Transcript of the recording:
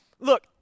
look